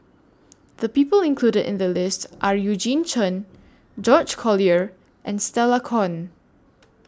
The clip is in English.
The People included in The list Are Eugene Chen George Collyer and Stella Kon